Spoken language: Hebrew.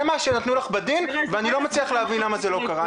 זה מה שנתנו לך בדין ואני לא מצליח להבין למה זה לא קרה.